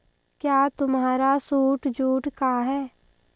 क्या तुम्हारा suit jute का है?